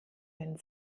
denn